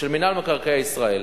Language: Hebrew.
של מינהל מקרקעי ישראל